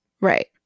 right